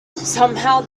somehow